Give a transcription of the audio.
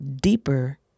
deeper